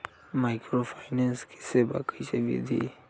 Microfinance के सेवा कइसे विधि?